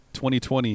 2020